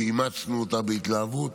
שאימצנו אותה בהתלהבות,